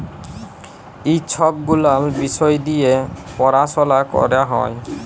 ই ছব গুলাল বিষয় দিঁয়ে পরাশলা ক্যরা হ্যয়